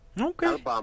okay